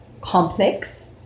complex